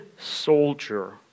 soldier